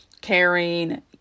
caring